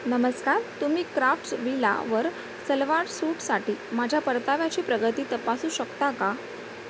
नमस्कार तुम्ही क्राफ्ट्स विलावर सलवार सूटसाठी माझ्या परताव्याची प्रगती तपासू शकता का